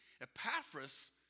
Epaphras